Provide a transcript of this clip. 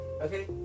Okay